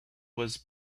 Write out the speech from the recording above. was